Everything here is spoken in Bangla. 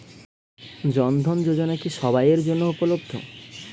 জন ধন যোজনা কি সবায়ের জন্য উপলব্ধ?